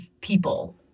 people